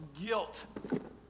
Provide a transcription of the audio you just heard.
guilt